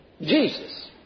Jesus